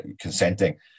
consenting